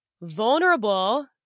Vulnerable